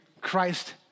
Christ